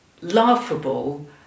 laughable